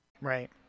right